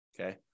Okay